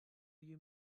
you